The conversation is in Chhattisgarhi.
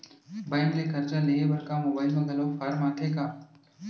बैंक ले करजा लेहे बर का मोबाइल म घलो फार्म आथे का?